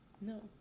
No